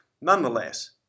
Nonetheless